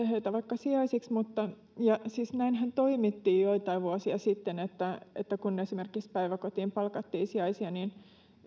heitä vaikka sijaisiksi siis näinhän toimittiin joitain vuosia sitten kun esimerkiksi päiväkotiin palkattiin sijaisia niin